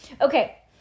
Okay